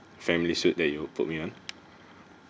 family suite that you put me in